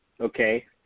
okay